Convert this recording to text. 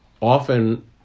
Often